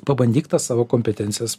pabandyk tas savo kompetencijas